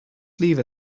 lever